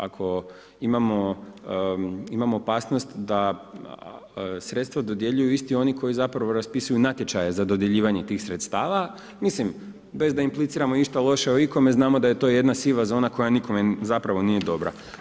Ako imamo opasnost da sredstva dodjeljuju isti oni koji raspisuju natječaje za dodjeljivanje tih sredstava, mislim da impliciramo išta loše o ikome znamo da je to jedna siva zona koja nikome nije dobra.